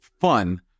fun